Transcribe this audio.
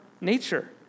nature